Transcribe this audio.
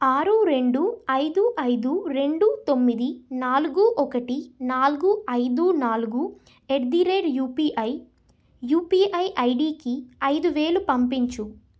ఆరు రెండు ఐదు ఐదు రెండు తొమ్మిది నాలుగు ఒకటి నాలుగు ఐదు నాలుగు at the rate UPI UPI ఐడికి ఐదు వేలు పంపించు